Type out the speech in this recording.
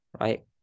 Right